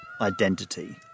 identity